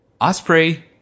Osprey